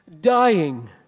dying